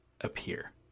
appear